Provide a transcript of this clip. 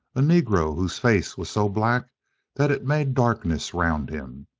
a negro whose face was so black that it made darkness round him.